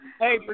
Hey